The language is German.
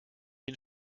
den